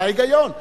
מה ההיגיון?